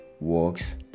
works